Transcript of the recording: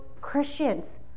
Christians